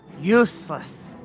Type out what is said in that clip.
Useless